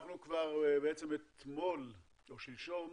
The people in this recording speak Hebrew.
שלשום